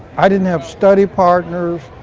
i didn't have study partners.